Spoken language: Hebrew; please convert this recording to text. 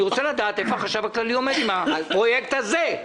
אני רוצה לדעת איפה החשב הכללי עומד עם הפרויקט הזה.